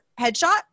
headshot